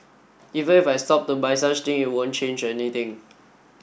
even if I stop to buy such thing it won't change anything